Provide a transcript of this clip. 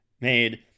made